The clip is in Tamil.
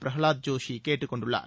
பிரஹலாத் ஜோஷி கேட்டுக் கொண்டுள்ளார்